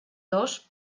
dos